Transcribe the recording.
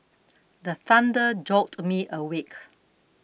the thunder jolt me awake